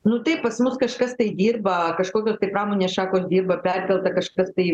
nu taip pas mus kažkas tai dirba kažkokios tai pramonės šakos dirba perkelta kažkas tai